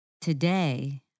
Today